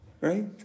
Right